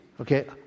Okay